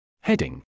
Heading